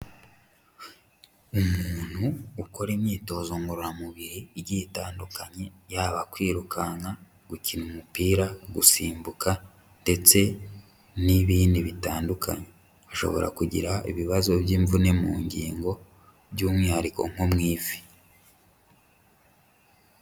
Umuntu ukora imyitozo ngororamubiri igiye itandukanye, yaba kwirukanka, gukina umupira gusimbuka ndetse n'ibindi bitandukanye ushobora kugira ibibazo by'imvune mu ngingo by'umwihariko nko mu ivi.